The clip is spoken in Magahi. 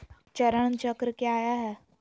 चरण चक्र काया है?